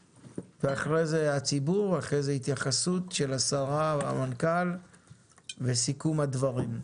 הציבור ולבסוף התייחסות השרה והמנכ"ל וסיכום הדברים.